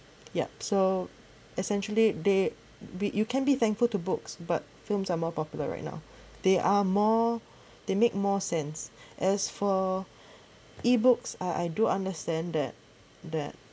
yup so essentially they but you can be thankful to books but films are more popular right now they are more they make more sense as for E books I I do understand that that